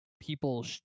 people